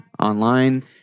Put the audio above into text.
online